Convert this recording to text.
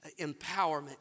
empowerment